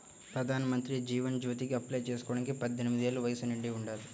ప్రధానమంత్రి జీవన్ జ్యోతికి అప్లై చేసుకోడానికి పద్దెనిది ఏళ్ళు వయస్సు నిండి ఉండాలి